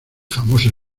famoso